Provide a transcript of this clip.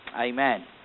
Amen